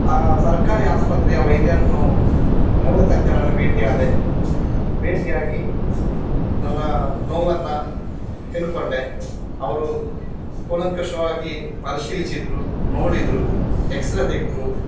ಆ ಸರ್ಕಾರಿ ಆಸ್ಪತ್ರೆಯ ವೈದ್ಯರನ್ನು ಮೂಳೆ ತಜ್ಞರನ್ನು ಭೇಟಿ ಆದೆ ಭೇಟಿ ಆಗಿ ನನ್ನ ನೋವನ್ನು ಹೇಳಿಕೊಂಡೆ ಅವರು ಕೂಲಂಕುಷವಾಗಿ ಪರಿಶೀಲಿಸಿದರು ನೋಡಿದರು ಎಕ್ಸ್ ರೇ ತೆಗೆದ್ರು